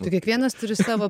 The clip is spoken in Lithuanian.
tai kiekvienas turi savo